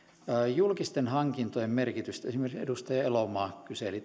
julkisten hankintojen merkityksestä esimerkiksi edustaja elomaa kyseli